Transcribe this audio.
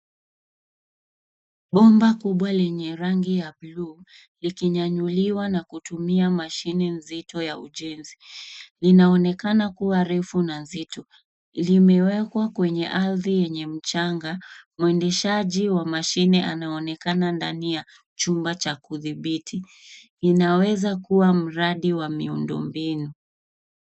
Bomba kubwa lenye rangi ya bluu likinyanyuliwa na kutumia mashini nzito ya ujenzi. Linaonekana kuwa refu na nzito. Limewekwa kwenye ardhi yenye mchanga. Mwendeshaji wa mashine anaonekana ndani ya chumba cha kudhibiti. Inaweza kuwa mradi wa miundombinu.